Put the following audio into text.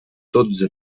dotze